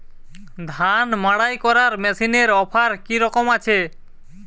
ধান মাড়াই করার মেশিনের অফার কী রকম আছে?